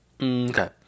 okay